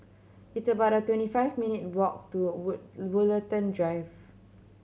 it's about twenty five minute walk to wood Drive